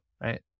Right